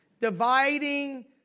dividing